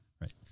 Right